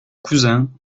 cousin